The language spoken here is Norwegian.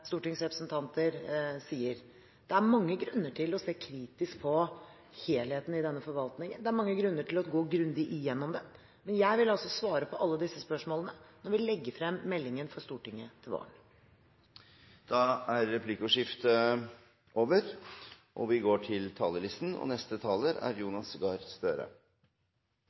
stortingsrepresentanter sier. Det er mange grunner til å se kritisk på helheten i denne forvaltningen. Det er mange grunner til å gå grundig igjennom den. Men jeg vil altså svare på alle disse spørsmålene når vi legger frem meldingen for Stortinget til våren. Replikkordskiftet er over.